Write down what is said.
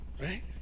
Right